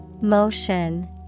Motion